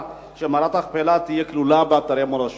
שמערת המכפלה תהיה כלולה באתרי מורשת.